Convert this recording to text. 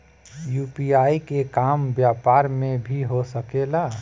UPI के काम व्यापार में भी हो सके ला?